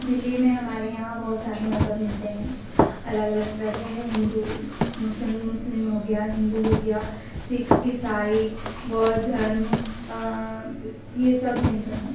دہلی میں ہمارے یہاں بہت سارے مذہب ملتے ہیں الگ الگ طرح کے ہندو مسلم ہو گیا ہندو ہو گیا سکھ عیسائی بودھ دھرم یہ سب ملتے ہیں